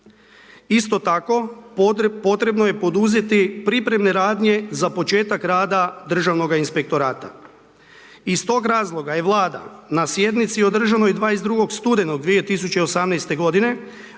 Isto tako potrebno je poduzeti pripremne radnje za početak rada Državnoga inspektorata. Iz tog razloga je Vlada na sjednici održanoj 22. studenog 2018. godine